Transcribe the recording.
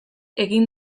egin